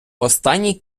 останній